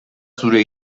zeure